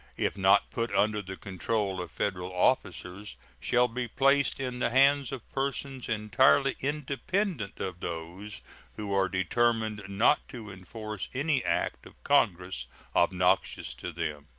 if not put under the control of federal officers, shall be placed in the hands of persons entirely independent of those who are determined not to enforce any act of congress obnoxious to them,